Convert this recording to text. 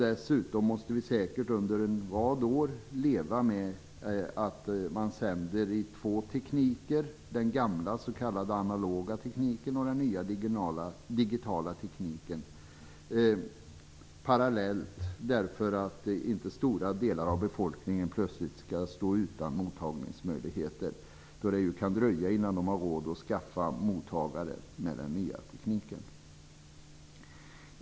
Dessutom måste vi säkert under en rad år leva med att man sänder i två tekniker parallellt - den gamla s.k. analoga tekniken och den nya digitala tekniken - så att inte stora delar av befolkningen plötsligt står utan mottagningsmöjligheter, eftersom det kan dröja innan människor har råd att skaffa mottagare med den nya tekniken.